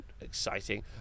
exciting